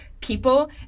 people